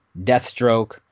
Deathstroke